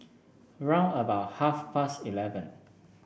round about half past eleven